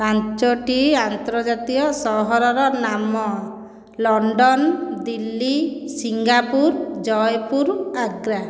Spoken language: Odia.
ପାଞ୍ଚୋଟି ଆନ୍ତର୍ଜାତୀୟ ସହରର ନାମ ଲଣ୍ଡନ ଦିଲ୍ଲୀ ସିଙ୍ଗାପୁର ଜୟପୁର ଆଗ୍ରା